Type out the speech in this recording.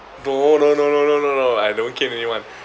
no no no no no no no I don't cane anyone